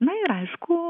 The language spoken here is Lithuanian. na ir aišku